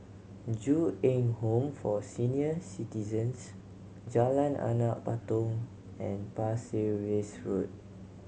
Ju Eng Home for Senior Citizens Jalan Anak Patong and Pasir Ris Road